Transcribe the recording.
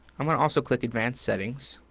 i'm gonna also click advanced settings.